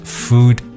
food